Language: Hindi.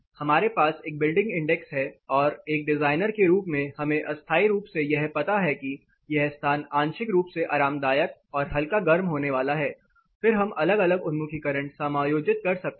हमारे पास एक बिल्डिंग इंडेक्स है और एक डिजाइनर के रूप में हमें अस्थाई रूप से यह पता है कि यह स्थान आंशिक रूप से आरामदायक और हल्का गर्म होने वाला है फिर हम अलग अलग उन्मुखीकरण समायोजित कर सकते हैं